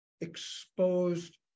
exposed